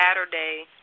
Saturday